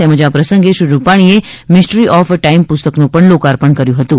તેમજ આ પ્રસંગે શ્રી રૂપાણીએ મિસ્ટ્રી ઓફ ટાઇમ પુસ્તકનું પણ લોકાર્પણ કર્યું હતું